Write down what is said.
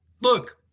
look